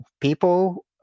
people